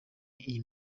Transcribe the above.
iyi